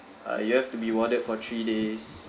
uh you have to be warded for three days